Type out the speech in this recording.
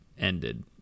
ended